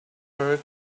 her